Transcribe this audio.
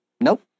Nope